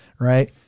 right